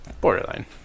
borderline